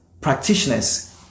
practitioners